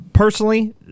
Personally